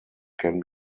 can